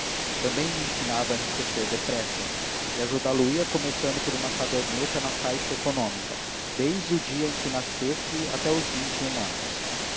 também lhe ensinava a enriquecer depressa e ajudá lo ia começando por uma caderneta na caixa econômica desde o dia em que nascesse até os vinte e um anos